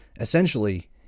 Essentially